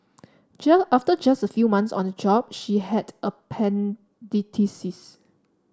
after just a few months on the job she had appendicitis